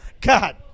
God